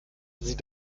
sie